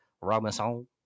Robinson